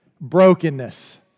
brokenness